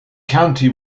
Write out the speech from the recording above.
county